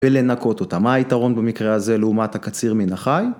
‫ולנקות אותה. מה היתרון במקרה הזה ‫לעומת הקציר מן החי?